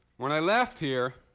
when i left here,